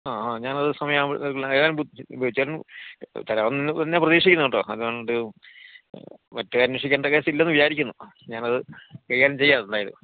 ആ ആ ഞാനത് സമയം ആകുമ്പോൾ തരാമെന്ന് തന്നെയാണ് പ്രതീക്ഷിക്കുന്നത് അല്ലാണ്ട് മറ്റേ അന്വേഷിക്കണ്ട കാര്യമില്ലെന്ന് വിചാരിക്കുന്നു ഞാനത് കൈകാര്യം ചെയ്യാം എന്തായാലും